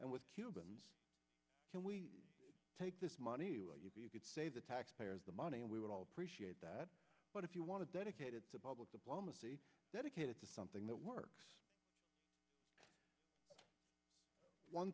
and with cubans can we take this money you save the taxpayers the money and we would all appreciate that but if you want to dedicate it to public diplomacy dedicated to something that works one